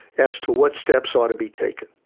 as to what steps ought to be taken.